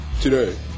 today